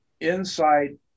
inside